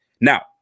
Now